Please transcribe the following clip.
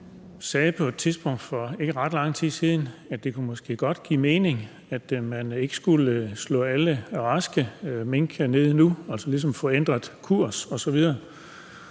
sagde på et tidspunkt for ikke ret lang tid siden, at det måske godt kunne give mening, at man ikke skulle slå alle raske mink ned nu og så ligesom få ændret kurs osv.